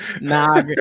nah